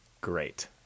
great